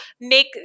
make